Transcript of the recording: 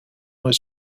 was